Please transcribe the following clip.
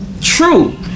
true